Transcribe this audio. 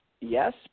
Yes